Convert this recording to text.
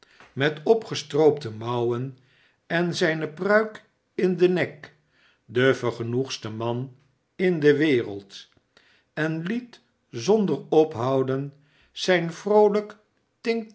met opgestroopte mouwen en zijne pruik in den nek de vergenoegdste man in de wereld en liet zonder ophouden zijn vroolijk